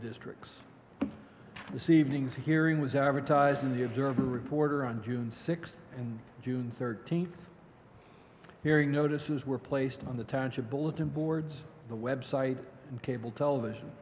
districts receiving hearing was advertised in the observer reporter on june sixth and june thirteenth hearing notices were placed on the township bulletin boards the website and cable television